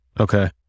okay